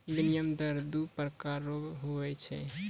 विनिमय दर दू प्रकार रो हुवै छै